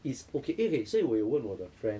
it's okay 因为 okay 所以我有问我的 friend